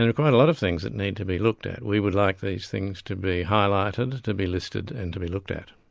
and quite a lot of things that need to be looked at. we would like these things to be highlighted, to be listed and to be looked at.